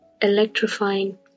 Electrifying